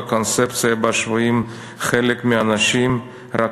והקונספציה שבה שבויים חלק מהאנשים רק